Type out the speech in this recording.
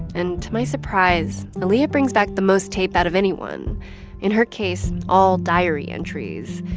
and to my surprise, aaliyah brings back the most tape out of anyone in her case, all diary entries.